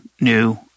new